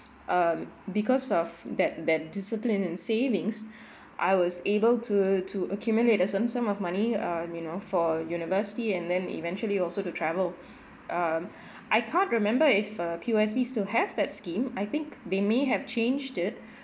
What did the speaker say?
um because of that that discipline in savings I was able to to accumulate a sum sum of money um you know for university and then eventually also to travel um I can't remember if uh P_O_S_B still has that scheme I think they may have changed it